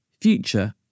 future